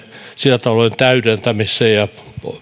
sillä tavoin täydentämässä